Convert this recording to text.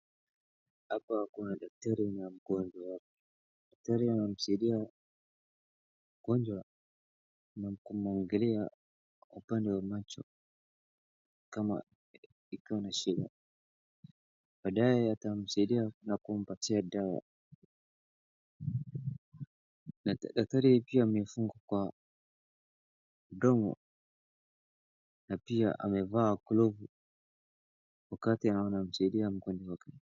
Hapa kuna daktari na mgonjwa wake, daktari anamsaidia mgonjwa na kumuangalia upande wa macho kama ikiwa na shida, baadaye atamsaidia na kumpatia dawa, daktari pia amefungwa kwa mdomo na pia amevaa glovu wakati anamsaidia mgonjwa wake.